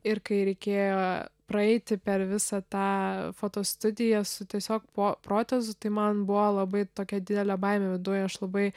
ir kai reikėjo praeiti per visą tą foto studiją su tiesiog po protezu tai man buvo labai tokia didelė baimė viduj aš labai